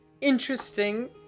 interesting